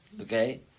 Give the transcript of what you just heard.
Okay